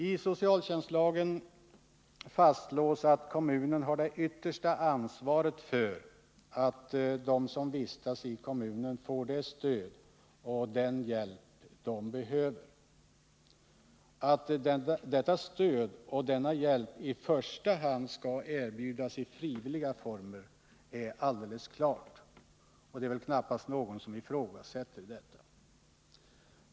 I socialtjänstlagen fastslås att kommunen har det yttersta ansvaret för att de som vistas i kommunen får det stöd och den hjälp de behöver. Att detta stöd och denna hjälp i första hand skall erbjudas i frivilliga former är alldeles klart, och det är väl knappast någon som ifrågasätter det.